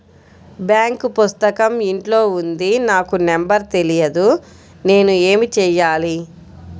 Bank పుస్తకం ఇంట్లో ఉంది నాకు నంబర్ తెలియదు నేను ఏమి చెయ్యాలి?